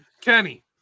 Kenny